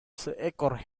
seekor